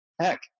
Heck